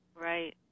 Right